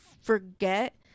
forget